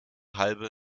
halbe